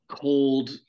cold